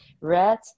red